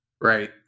Right